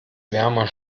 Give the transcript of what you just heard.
wärmer